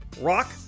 Rock